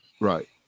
right